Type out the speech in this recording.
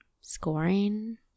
scoring